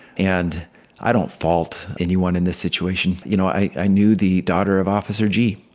and i don't fault anyone in this situation. you know, i knew the daughter of officer g.